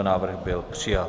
Návrh byl přijat.